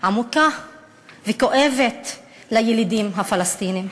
עמוקה וכואבת לילידים הפלסטינים,